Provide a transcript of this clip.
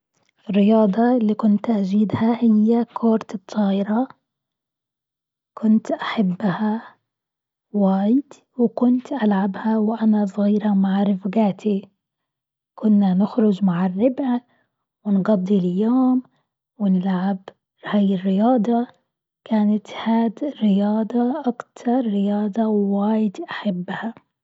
الرياضة اللي كنت أزيدها هي كرة الطايرة، كنت أحبها واجد وكنت ألعبها وأنا صغيرة مع رفقاتي، كنا نخرج مع الربا ونقضي اليوم ونلعب هاي الرياضة، كانت هاد الرياضة أكتر رياضة واجد أحبها.